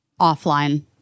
offline